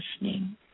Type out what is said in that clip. listening